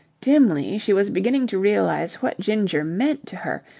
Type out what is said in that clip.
dimly she was beginning to realize what ginger meant to her,